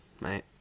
Mate